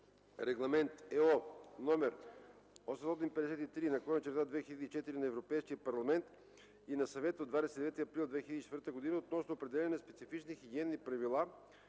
Регламент (ЕО) № 853/2004 на Европейския парламент и на Съвета от 29 април 2004 г. относно определяне на специфични хигиенни правила